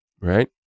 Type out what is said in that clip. right